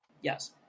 Yes